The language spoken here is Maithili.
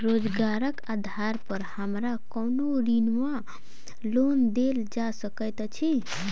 रोजगारक आधार पर हमरा कोनो ऋण वा लोन देल जा सकैत अछि?